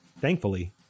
Thankfully